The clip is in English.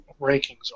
rankings